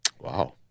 wow